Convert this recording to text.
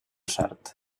sard